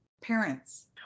parents